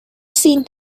seen